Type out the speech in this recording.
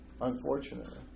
Unfortunately